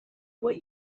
what